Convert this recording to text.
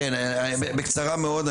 כן בקצרה מאוד,